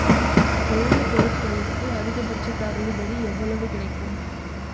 எழுதுபொருட்களுக்கு அதிகபட்சத் தள்ளுபடி எவ்வளவு கிடைக்கும்